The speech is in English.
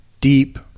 deep